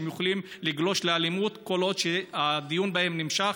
שיכולים לגלוש לאלימות כל עוד הדיון בהם נמשך,